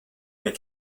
mes